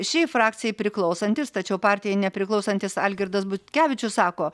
šiai frakcijai priklausantis tačiau partijai nepriklausantis algirdas butkevičius sako